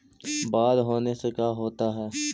बाढ़ होने से का क्या होता है?